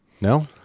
No